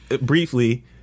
briefly